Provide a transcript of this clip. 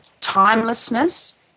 timelessness